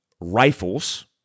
Rifles